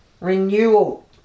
renewal